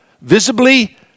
visibly